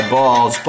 Balls